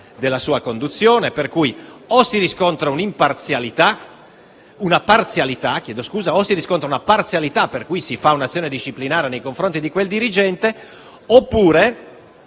della sua conduzione, per cui o si riscontra una parzialità (per cui si fa un'azione disciplinare nei confronti di quel dirigente) oppure